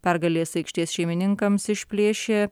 pergalės aikštės šeimininkams išplėšė